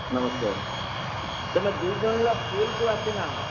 ନମସ୍କାର ତୁମେ ଦୁଇଦିନ ହେଲା ସ୍କୁଲ୍କୁ ଆସି ନାହଁ